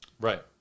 Right